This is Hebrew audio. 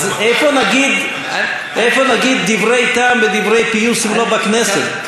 איפה נגיד דברי טעם ודברי פיוס אם לא בכנסת?